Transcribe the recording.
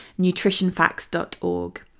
nutritionfacts.org